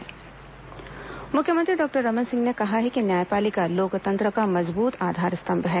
मुख्यमंत्री लोकार्पण मुख्यमंत्री डॉक्टर रमन सिंह ने कहा है कि न्यायपालिका लोकतंत्र का मजबूत आधार स्तंभ है